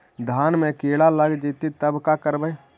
धान मे किड़ा लग जितै तब का करबइ?